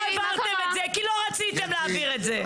כי לא רציתם להעביר את זה.